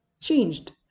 changed